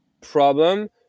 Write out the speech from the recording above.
problem